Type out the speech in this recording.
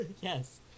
yes